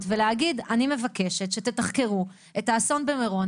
ולהגיד 'אני מבקשת שתתחקרו את האסון במירון,